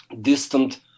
Distant